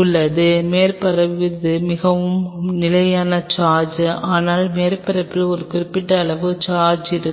உள்ளது மேற்பரப்பு இது மிகவும் நிலையான சார்ஜ் ஆனால் மேற்பரப்பில் குறிப்பிட்ட அளவு சார்ஜ் இருக்கும்